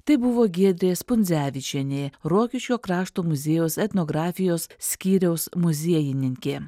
tai buvo giedrė spundzevičienė rokiškio krašto muziejaus etnografijos skyriaus muziejininkė